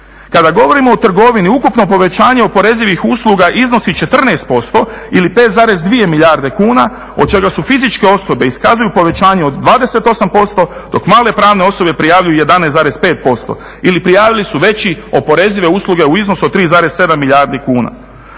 kada govorimo o trgovini, ukupno povećanje oporezivih usluga iznosi 14% ili 5,2 milijarde kuna, od čega fizičke osobe iskazuju povećanje od 28%, dok male pravne osobe prijavljuju 11,5% ili prijavili su veće oporezive usluge u iznosu od 3,7 milijardi kuna.